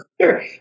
Sure